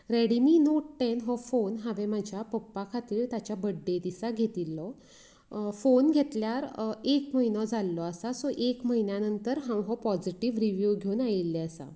Redmi note ten हो phone हांवें म्हज्या पप्पा खातीर ताचे बर्थडे दिसांक घेतिल्लो फोन घेतल्यार एक म्हयनो जाल्लो आसा सो एक म्हयन्या नंतर हांव हो पॉजिटिव्ह रिव्ह्यू घेवन आयिल्ले आसा